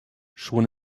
schon